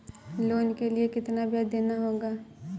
Loan के लिए कितना ब्याज देना होगा?